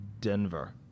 denver